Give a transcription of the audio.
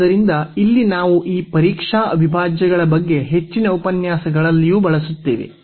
ಆದ್ದರಿಂದ ಇಲ್ಲಿ ನಾವು ಈ ಮಾದರಿ ಅವಿಭಾಜ್ಯಗಳ ಬಗ್ಗೆ ಹೆಚ್ಚಿನ ಉಪನ್ಯಾಸಗಳಲ್ಲಿಯೂ ಬಳಸುತ್ತೇವೆ